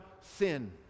sin